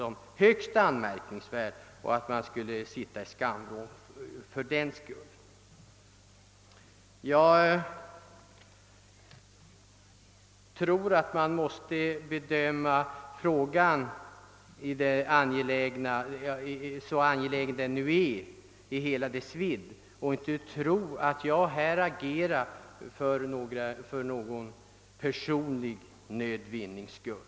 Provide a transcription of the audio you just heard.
Jag tycker verkligen inte att jag behöver ställas i skamvrån för att jag nu gör på detta sätt. Herr talman! Denna angelägna fråga måste bedömas i hela sin vidd, och man får inte tro att jag personligen agerar för snöd vinnings skull.